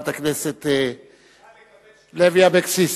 חברת הכנסת לוי אבקסיס.